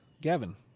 Gavin